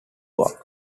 war